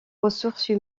ressources